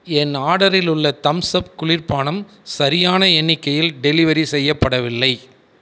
என் ஆர்டரில் உள்ள Thums Up குளிர் பானம் சரியான எண்ணிக்கையில் டெலிவரி செய்யப்படவில்லை